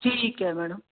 ਠੀਕ ਹੈ ਮੈਡਮ